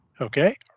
Okay